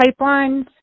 pipelines